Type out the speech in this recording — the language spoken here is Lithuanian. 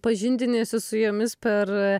pažindiniesi su jomis per